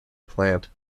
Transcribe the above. plant